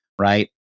right